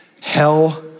hell